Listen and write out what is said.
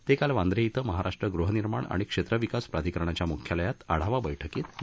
ते काल वांद्रे इथं महाराष्ट्र गृहनिर्माण आणि क्षेत्र विकास प्राधिकरणाच्या मुख्यालयात आढावा बैठकीत बोलत होते